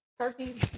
turkey